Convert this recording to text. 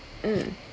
mm